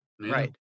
Right